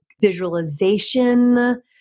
visualization